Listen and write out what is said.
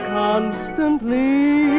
constantly